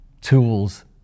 tools